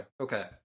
okay